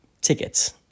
tickets